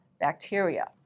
bacteria